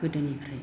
गोदोनिफ्राय